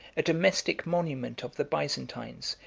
a domestic monument of the byzantines,